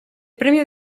premio